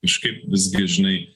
kažkaip visgi žinai